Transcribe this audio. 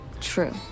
true